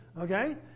okay